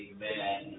Amen